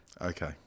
okay